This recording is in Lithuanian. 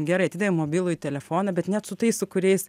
gerai atidavė mobilųjį telefoną bet net su tais su kuriais